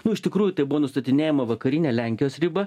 nu iš tikrųjų tai buvo nustatinėjama vakarinė lenkijos riba